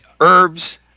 herbs